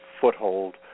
foothold